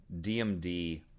dmd